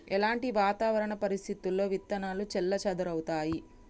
ఎలాంటి వాతావరణ పరిస్థితుల్లో విత్తనాలు చెల్లాచెదరవుతయీ?